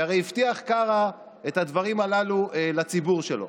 שהרי הבטיח קארה את הדברים הללו לציבור שלו.